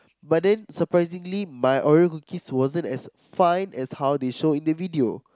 but then surprisingly my Oreo cookies wasn't as fine as how they show in the video